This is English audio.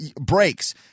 breaks